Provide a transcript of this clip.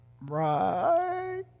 right